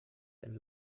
and